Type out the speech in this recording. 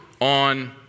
on